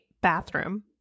bathroom